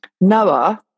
Noah